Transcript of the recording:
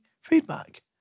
feedback